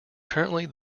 currently